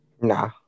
Nah